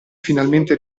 finalmente